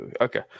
Okay